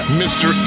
mr